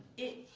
it.